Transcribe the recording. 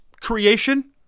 creation